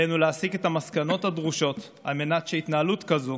עלינו להסיק את המסקנות הדרושות על מנת שהתנהלות כזאת